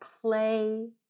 play